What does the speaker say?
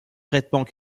traitements